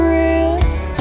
risk